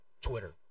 Twitter